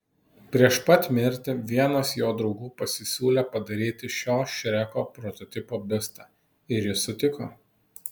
prieš pat mirtį vienas jo draugų pasisiūlė padaryti šio šreko prototipo biustą ir jis sutiko